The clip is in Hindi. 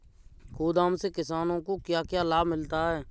गोदाम से किसानों को क्या क्या लाभ मिलता है?